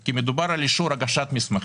כי מדובר באישור הגשת מסמכים.